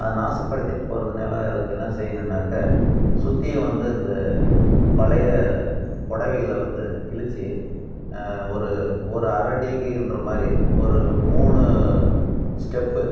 அதை நாசப்படுத்திவிட்டு போகிறதுனால அதுக்கு என்ன செய்யணுன்னாக்கா சுற்றியும் வந்து இந்த பழைய புடவைகள வந்து கிழித்து ஒரு ஒரு அர அடிக்கின்ற மாதிரி ஒரு மூணு ஸ்டெப்பு